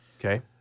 Okay